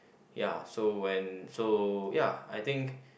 ya so when so ya I think